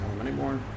anymore